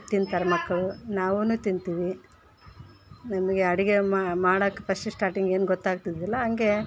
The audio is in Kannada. ತಿಂತಾರೆ ಮಕ್ಳು ನಾವೂ ತಿಂತೀವಿ ನಮಗೆ ಅಡುಗೆ ಮಾಡೋಕ್ಕೆ ಫಸ್ಟ್ ಸ್ಟಾರ್ಟಿಂಗ್ ಏನು ಗೊತ್ತಾಗ್ತಿದ್ದಿಲ್ಲ ಹಂಗೆ